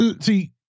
See